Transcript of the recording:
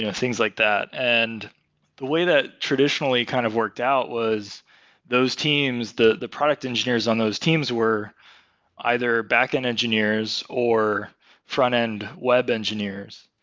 you know things like that. and the way that traditionally kind of worked out was those teams that the product engineers on those teams were either back-end engineers or front-end web engineers.